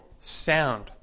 sound